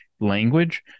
language